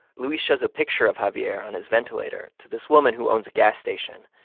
luis shows a picture of javier on his ventilator to this woman who owns a gas station,